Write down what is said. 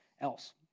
else